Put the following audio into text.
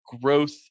growth